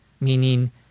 meaning